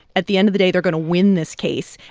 at the end of the day, they're going to win this case.